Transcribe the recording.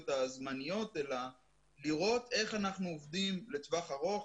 הזמניות אלא לראות איך אנחנו עובדים לטווח ארוך,